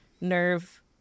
nerve